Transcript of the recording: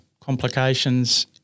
complications